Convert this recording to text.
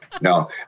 No